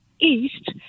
east